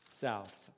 south